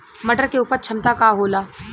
मटर के उपज क्षमता का होला?